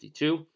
52